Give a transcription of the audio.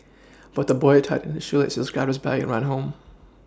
but the boy tightened shoelaces grabbed his bag and ran home